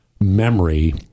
memory